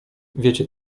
wiecie